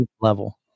level